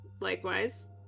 Likewise